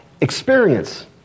experience